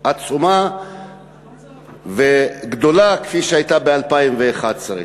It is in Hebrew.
עצומה וגדולה כפי שהיה ב-2011.